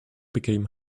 became